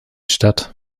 statt